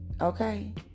Okay